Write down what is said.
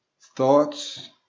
Thoughts